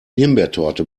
himbeertorte